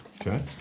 Okay